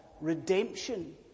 redemption